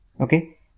Okay